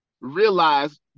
realize